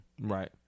Right